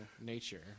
nature